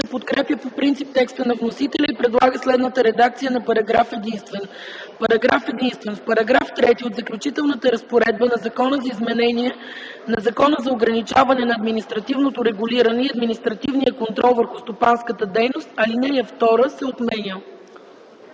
подкрепя по принцип текста на вносителя и предлага следната редакция на параграф единствен: „Параграф единствен. В § 3 от Заключителната разпоредба на Закона за изменение на Закона за ограничаване на административното регулиране и административния контрол върху стопанската дейност ал. 2 се отменя.”